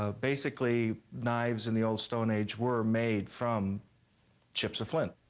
ah basically knives in the old stone age were made from chips of flint.